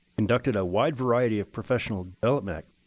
conducted a wide variety of professional development,